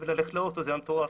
וללכת לאוטו זה היה מטורף.